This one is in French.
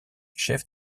chefs